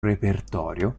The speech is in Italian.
repertorio